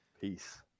peace